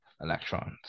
electrons